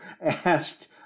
asked